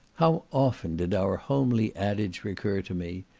how often did our homely adage recur to me,